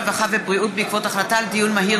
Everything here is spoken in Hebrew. הרווחה והבריאות בעקבות דיון מהיר